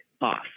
off